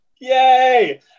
Yay